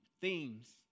themes